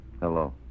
Hello